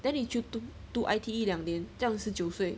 then 你就读读 I_T_E 两年这样十九岁